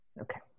Okay